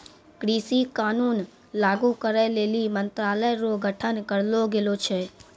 कृषि कानून लागू करै लेली मंत्रालय रो गठन करलो गेलो छै